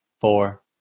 four